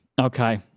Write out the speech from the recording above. Okay